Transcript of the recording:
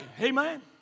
Amen